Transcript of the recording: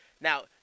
Now